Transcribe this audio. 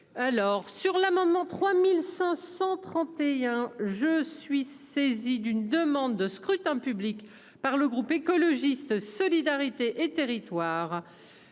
Alors sur l'amendement 3530. Tiens je suis saisi d'une demande de scrutin public par le groupe écologiste solidarité et territoires.